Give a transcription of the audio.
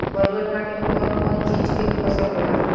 ब्लुअट माटी में कौन कौनचीज के खेती होला?